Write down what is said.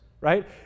right